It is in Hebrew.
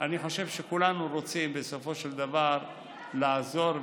אני חושב שכולנו רוצים בסופו של דבר לעזור ולייעל.